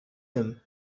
him